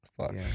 Fuck